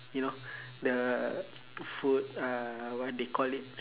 you know the food uh what they call it